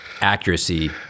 accuracy